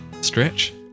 stretch